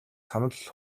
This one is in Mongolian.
санал